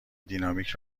دینامیک